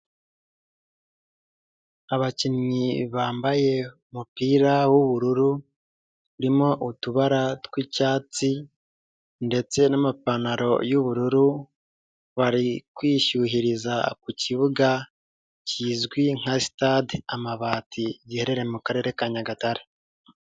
Abakinnyi bambaye umupira w'ubururu urimo utubara tw'icyatsi ndetse n'amapantaro y'ubururu bari kwishyuhiriza ku kibuga kizwi nka Sitade Amabati giherereye mu karere ka Nyagatare.